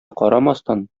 карамастан